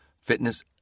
fitness